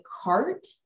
cart